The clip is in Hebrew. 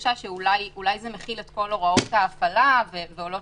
תחושה שאולי זה מכיל את כל הוראות ההפעלה ועולות